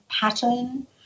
pattern